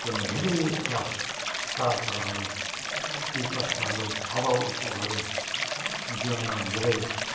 जीवनमा धेरै यस्ता उतार चढाउहरू पिर कष्टहरू अभाव अपुगहरू जीवनमा धेरै